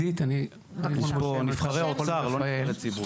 יש פה נבחרי אוצר, לא נבחרי ציבור.